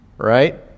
right